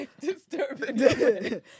disturbing